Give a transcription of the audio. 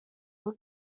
اون